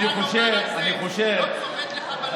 אני חושב, לא צובט לך בלב?